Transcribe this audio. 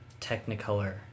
Technicolor